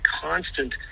constant